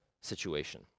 situation